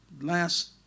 Last